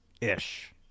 ish